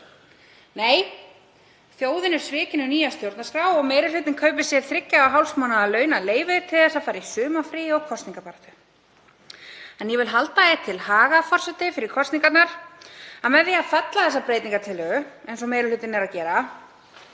Nei, þjóðin er svikin um nýja stjórnarskrá og meiri hlutinn kaupir sér þriggja og hálfs mánaðar launað leyfi til að fara í sumarfrí og kosningabaráttu. En ég vil halda því til haga, forseti, fyrir kosningarnar að það að fella þessa breytingartillögu, eins og meiri hlutinn er að gera,